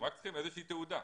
הם רק צריכים איזושהי תעודה.